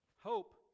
Hope